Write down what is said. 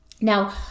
Now